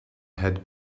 had